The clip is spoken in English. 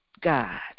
God